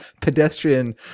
pedestrian